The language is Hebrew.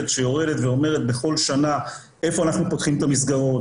שיורדת ואומרת בכל שנה היכן אנחנו פותחים את המסגרות,